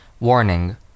Warning